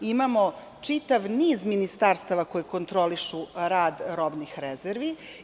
Imamo čitav niz ministarstava koji kontrolišu rad robnih rezervi.